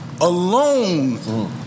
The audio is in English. alone